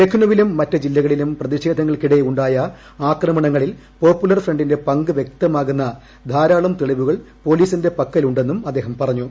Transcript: ലക്നൌവിലും മറ്റു ജില്ലകളിലും പ്രതിഷേധങ്ങൾക്കിടെ ഉണ്ടായ അക്രമണങ്ങളിൽ പോപ്പൂലർ ഫ്രണ്ടിന്റെ പങ്ക് വ്യക്തമാകുന്ന ധാരാളം തെളിവുകൾ പൊലീസിന്റെ പക്കലുണ്ടെന്നും അദ്ദേഹം പറഞ്ഞു